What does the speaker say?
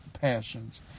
passions